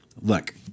Look